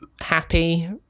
happy